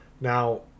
now